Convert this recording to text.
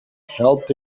helped